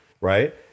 right